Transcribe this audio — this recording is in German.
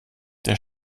der